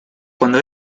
cuando